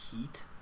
heat